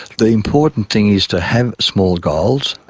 the important thing is to have small goals.